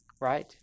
right